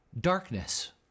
darkness